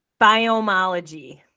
biomology